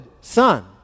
Son